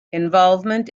involvement